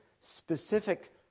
specific